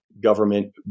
government